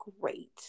great